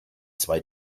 zwei